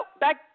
back